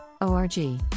ORG